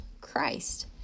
Christ